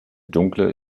dunkle